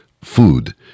food